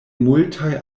multaj